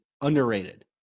underrated